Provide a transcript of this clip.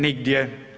Nigdje.